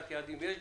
אוקיי, יש כזאת.